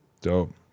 Dope